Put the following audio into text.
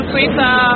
Twitter